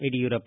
Yediyurappa